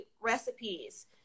recipes